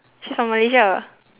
she's from malaysia